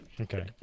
Okay